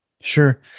Sure